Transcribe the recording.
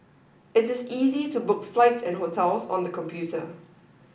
it is easy to book flights and hotels on the computer